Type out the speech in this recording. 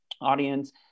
audience